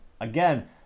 again